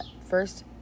first